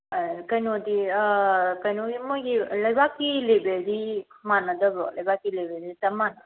ꯀꯩꯅꯣꯗꯤ ꯀꯩꯅꯤꯒꯤ ꯃꯣꯏꯒꯤ ꯂꯩꯕꯥꯛꯀꯤ ꯂꯦꯚꯦꯜꯗꯤ ꯃꯥꯟꯅꯗꯕ꯭ꯔꯣ ꯂꯩꯕꯥꯛꯀꯤ ꯂꯦꯚꯦꯜꯁꯦ ꯆꯞ ꯃꯥꯟꯅ